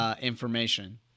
information